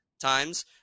times